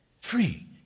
free